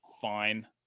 fine